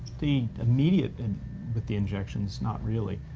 the immediate, and with the injections, not really,